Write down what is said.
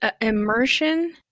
immersion